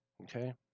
Okay